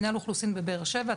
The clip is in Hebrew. אם תגיעו למנהל אוכלוסין בבאר שבע,